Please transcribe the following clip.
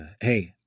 hey